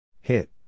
Hit